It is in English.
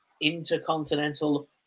Intercontinental